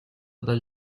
dal